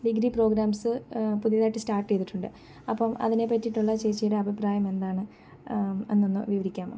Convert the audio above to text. degree programs പുതിയതായിട്ട് start ചെയ്തിട്ടുണ്ട് അപ്പം അതിനെ പറ്റിയിട്ടുള്ള ചേച്ചിയുടെ അഭിപ്രായം എന്താണ് എന്നൊന്ന് വിവരിക്കാമോ